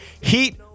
Heat